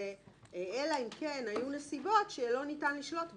זה "אלא אם כן היו נסיבות שלא ניתן לשלוט בהן".